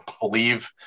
believe